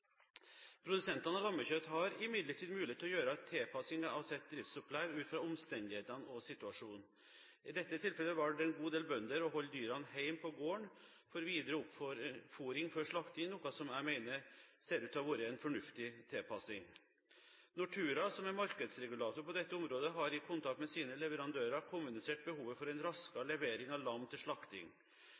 Produsentene av lammekjøtt har imidlertid mulighet til å gjøre tilpasninger til sitt driftsopplegg ut fra omstendighetene og situasjonen. I dette tilfellet valgte en god del bønder å holde dyrene hjemme på gården for videre oppfôring før slakting, noe som jeg mener ser ut til å være en fornuftig tilpasning. Nortura, som er markedsregulator på dette området, har i kontakt med sine leverandører kommunisert behovet for en raskere levering av lam til slakting.